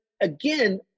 again